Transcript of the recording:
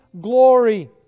glory